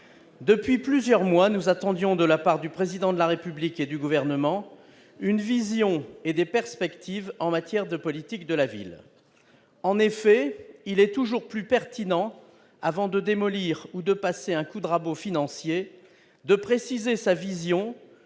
depuis plusieurs mois, nous attendions de la part du président de la République et du gouvernement une vision et des perspectives en matière de politique de la ville, en effet, il est toujours plus pertinent avant de démolir ou de passer un coup de rabot financier de préciser sa vision